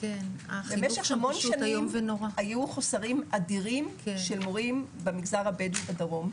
במשך המון שנים היו חוסרים אדירים של מורים במגזר הבדואי בדרום,